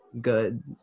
good